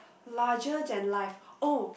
larger than life oh